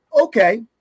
okay